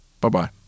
bye-bye